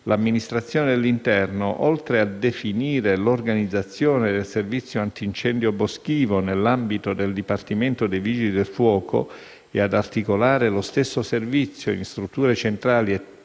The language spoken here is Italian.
l'Amministrazione dell'interno, oltre a definire l'organizzazione del servizio antincendio boschivo nell'ambito del Dipartimento dei vigili del fuoco e ad articolare lo stesso servizio in strutture centrali e territoriali,